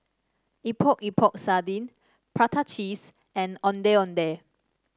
Epok Epok Sardin Prata Cheese and Ondeh Ondeh